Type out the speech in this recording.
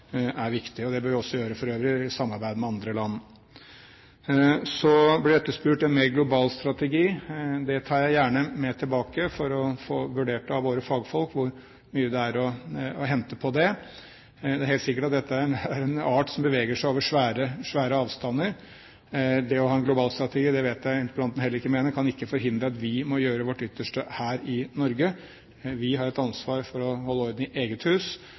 er viktig. Det bør vi for øvrig også gjøre i samarbeid med andre land. Så ble det etterspurt en mer global strategi. Det tar jeg gjerne med tilbake for å få vurdert av våre fagfolk hvor mye det er å hente på det. Men det er helt sikkert at dette er en art som beveger seg over svære avstander. Det å ha en global strategi – og det vet jeg interpellanten heller ikke mener – kan ikke forhindre at vi må gjøre vårt ytterste her i Norge. Vi har et ansvar for å holde orden i eget hus,